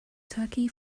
turkey